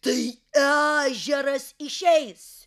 tai ežeras išeis